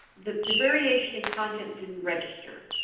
the the variation in content didn't register.